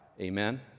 Amen